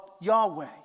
Yahweh